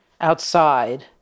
outside